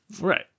Right